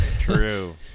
true